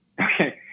Okay